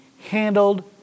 handled